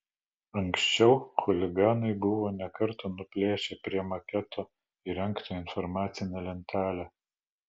anksčiau chuliganai buvo ne kartą nuplėšę prie maketo įrengtą informacinę lentelę